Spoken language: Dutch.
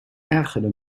ergerde